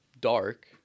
dark